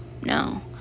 no